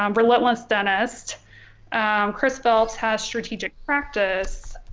um relentless dentist chris phelps has strategic practice.